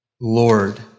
Lord